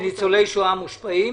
ניצולי שואה מושפעים?